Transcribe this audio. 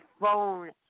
phone